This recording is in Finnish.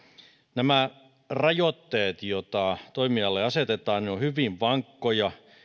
nämä rajoitteet joita toimijalle asetetaan ovat hyvin vankkoja